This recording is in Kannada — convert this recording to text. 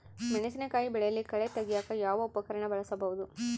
ಮೆಣಸಿನಕಾಯಿ ಬೆಳೆಯಲ್ಲಿ ಕಳೆ ತೆಗಿಯಾಕ ಯಾವ ಉಪಕರಣ ಬಳಸಬಹುದು?